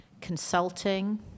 consulting